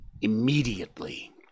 immediately